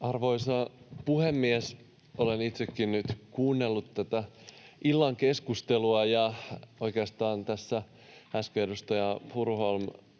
Arvoisa puhemies! Olen itsekin nyt kuunnellut tätä illan keskustelua, ja oikeastaan tässä äsken edustaja Furuholm